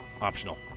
optional